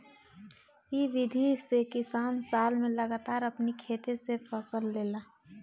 इ विधि से किसान साल में लगातार अपनी खेते से फसल लेला